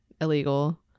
illegal